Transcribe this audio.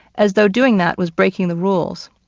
as though doing that was breaking the rules.